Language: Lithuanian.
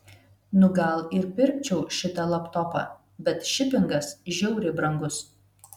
nu gal ir pirkčiau šitą laptopą bet šipingas žiauriai brangus